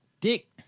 Dick